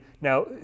now